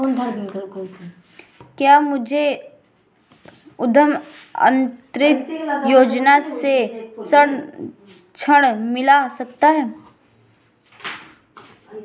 क्या मुझे उद्यम क्रांति योजना से ऋण मिल सकता है?